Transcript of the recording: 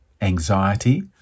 anxiety